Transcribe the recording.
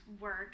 work